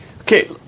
Okay